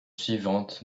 suivantes